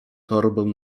torbę